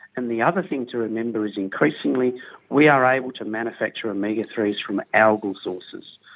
and the other thing to remember is increasingly we are able to manufacture omega three s from algal sources,